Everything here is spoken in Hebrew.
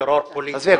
עזבי,